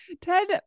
Ted